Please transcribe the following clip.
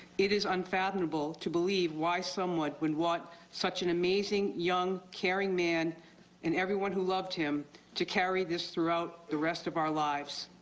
it is unfathomable to believe why someone would want such an amazing young caring man and everyone who loved him to carry this throughout the rest of our lives.